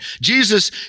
Jesus